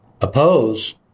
oppose